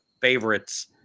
favorites